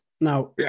Now